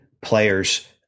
players